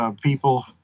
people